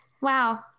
Wow